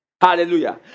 Hallelujah